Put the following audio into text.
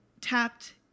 tapped